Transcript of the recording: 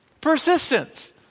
persistence